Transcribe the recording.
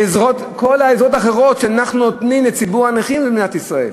בכל העזרות האחרות שאנחנו נותנים לציבור הנכים במדינת ישראל.